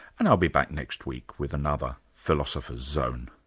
and i'll be back next week with another philosopher's zone